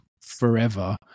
forever